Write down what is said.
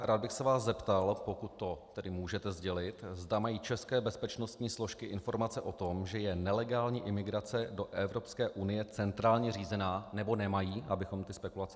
Rád bych se vás zeptal, pokud to můžete sdělit, zda mají české bezpečnostní složky informace o tom, že je nelegální imigrace do Evropské unie centrálně řízena, nebo nemají, abychom spekulace rozptýlili.